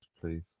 please